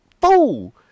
fool